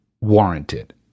warranted